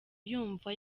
yumva